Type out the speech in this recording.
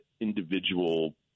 individual